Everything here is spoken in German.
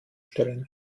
stellen